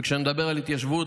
וכשאני מדבר על התיישבות,